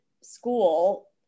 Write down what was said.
school